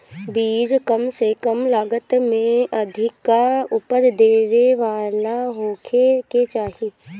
बीज कम से कम लागत में अधिका उपज देवे वाला होखे के चाही